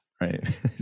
right